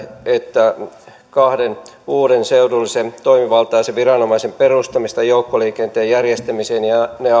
kahden uuden seudullisen toimivaltaisen viranomaisen perustamista joukkoliikenteen järjestämiseen ja ne